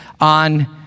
on